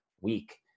week